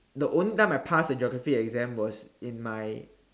the only time I pass a geography exam was in my